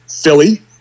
Philly